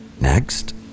Next